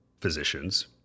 physicians